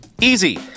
Easy